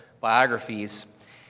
biographies